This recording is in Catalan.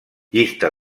llista